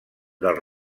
del